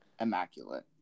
immaculate